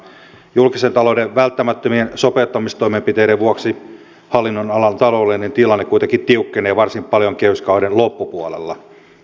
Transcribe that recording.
julkisen talouden välttämättömien sopeuttamistoimenpiteiden vuoksi hallinnonalan taloudellinen tilanne kuitenkin tiukkenee varsin paljon kehyskauden loppupuolella